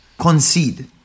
concede